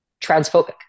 transphobic